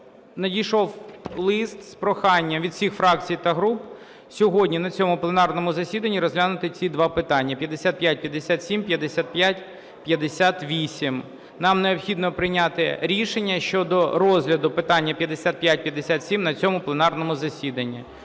Надійшов лист з проханням від всіх фракцій та груп сьогодні на цьому пленарному засіданні розглянути ці два питання: 5557, 5558. Нам необхідно прийняти рішення щодо розгляду питання 5557 на цьому пленарному засіданні.